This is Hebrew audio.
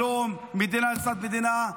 שלום, מדינה לצד מדינה.